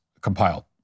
compiled